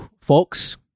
Folks